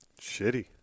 shitty